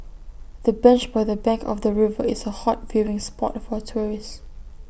the bench by the bank of the river is A hot viewing spot for tourists